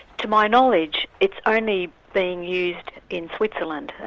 to my knowledge, it's only being used in switzerland,